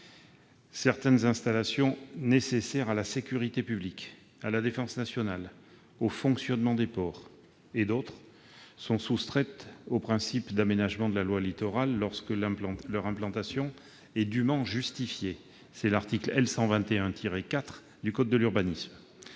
certaines installations nécessaires à la sécurité publique, à la défense nationale, au fonctionnement des ports entre autres sont soustraites au principe d'aménagement de la loi Littoral lorsque leur implantation est dûment justifiée, en vertu de l'article L. 121-4 du code de l'urbanisme.